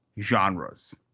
genres